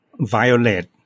violate